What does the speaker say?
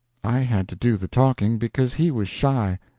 i had to do the talking, because he was shy,